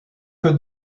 que